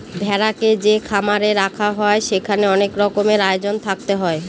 ভেড়াকে যে খামারে রাখা হয় সেখানে অনেক রকমের আয়োজন থাকতে হয়